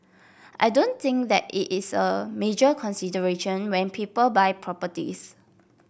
i don't think that is a major consideration when people buy properties